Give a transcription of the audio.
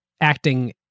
acting